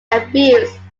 abuse